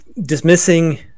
dismissing